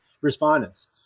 respondents